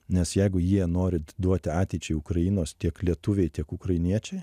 nes jeigu jie nori duoti ateičiai ukrainos tiek lietuviai tiek ukrainiečiai